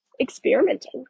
Experimenting